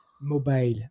mobile